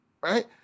right